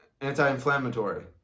anti-inflammatory